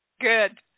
Good